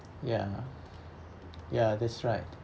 ya ya that's right